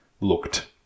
looked